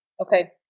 Okay